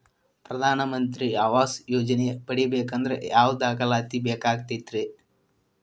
ಪ್ರಧಾನ ಮಂತ್ರಿ ಆವಾಸ್ ಯೋಜನೆ ಪಡಿಬೇಕಂದ್ರ ಯಾವ ದಾಖಲಾತಿ ಬೇಕಾಗತೈತ್ರಿ?